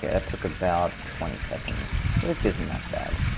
yeah that took about twenty seconds which isn't that bad,